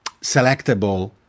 selectable